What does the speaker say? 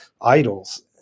idols